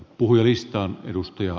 arvoisa puhemies